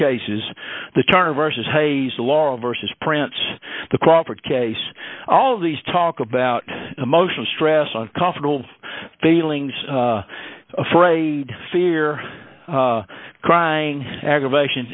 cases the turner versus hayes law versus prints the crawford case all these talk about emotional stress on comfortable feelings afraid fear crying aggravation